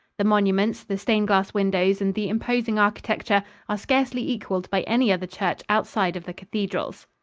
the monuments, the stained-glass windows and the imposing architecture are scarcely equalled by any other church outside of the cathedrals.